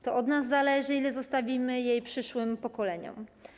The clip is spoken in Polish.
To od nas zależy, ile zostawimy jej przyszłym pokoleniom.